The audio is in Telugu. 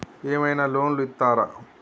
ఏమైనా లోన్లు ఇత్తరా?